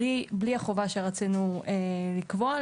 בלי החובה שרצינו לקבוע.